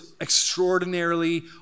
extraordinarily